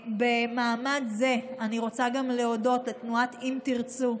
במעמד זה אני רוצה גם להודות לתנועת אם תרצו,